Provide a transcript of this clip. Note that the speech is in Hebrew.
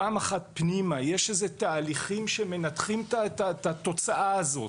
פעם אחת פנימה יש איזה תהליכים שמנתחים את התוצאה הזאת?